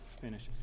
finish